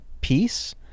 peace